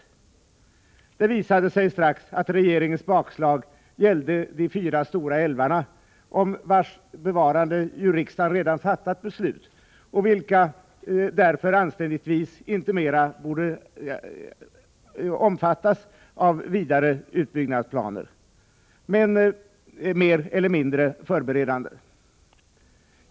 Men det visade sig strax att regeringens bakslag gällde de fyra stora älvarna, om vilkas bevarande riksdagen redan fattat beslut och vilka därför anständigtvis inte mera borde omfattas av några utbyggnadsplaner, mer eller mindre förberedande.